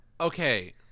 Okay